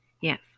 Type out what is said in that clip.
Yes